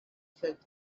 said